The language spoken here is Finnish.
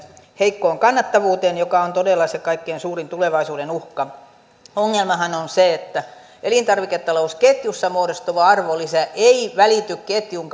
heikkoon kannattavuuteen joka on todella se kaikkein suurin tulevaisuuden uhka ongelmahan on se että elintarviketalousketjussa muodostuva arvonlisä ei välity ketjun